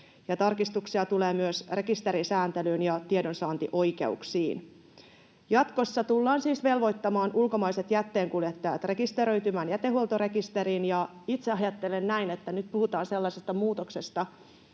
tarkistuksia tulee myös rekisterisääntelyyn ja tiedonsaantioikeuksiin. Jatkossa tullaan siis velvoittamaan ulkomaiset jätteenkuljettajat rekisteröitymään jätehuoltorekisteriin. Itse ajattelen näin, että nyt puhutaan sellaisesta muutoksesta,